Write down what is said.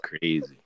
crazy